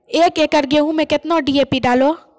एक एकरऽ गेहूँ मैं कितना डी.ए.पी डालो?